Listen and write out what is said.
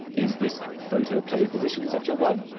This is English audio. is this photoplay physician such a one?